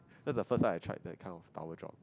that's the first time I tried that kind of tower drop